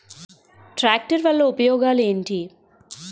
Tractor వల్ల ఉపయోగాలు ఏంటీ?